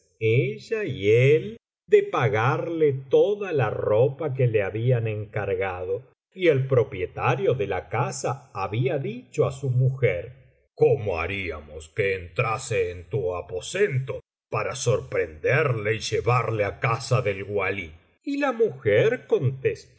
y una noche pagarle toda la ropa que le habían encargado y el propietario de la casa habia dicho á su mujer cómo haríamos que entrase en tu aposento para sorprenderle y llevarle á casa del walí y la mujer